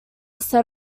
set